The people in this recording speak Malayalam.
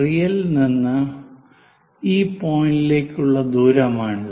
റിയൽ നിന്ന് ഈ പോയിന്റ്റിലേക്കുള്ള ദൂരമാണിത്